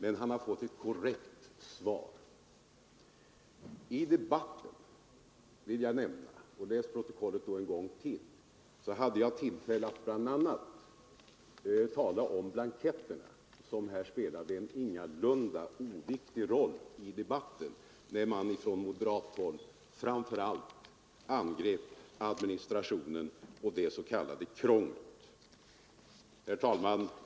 Men han har fått ett korrekt svar från mig. Jag vill nämna att i debatten — och läs då protokollet en gång till! — hade jag tillfälle att bl.a. tala om blanketterna, som spelade en ingalunda oviktig roll i debatten när man från moderat håll angrep administrationen och det s.k. krånglet. Herr talman!